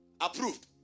approved